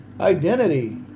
Identity